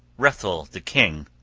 hrethel the king,